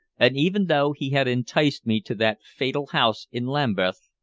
and even though he had enticed me to that fatal house in lambeth,